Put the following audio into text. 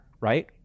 right